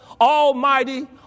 almighty